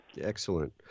Excellent